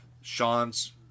sean's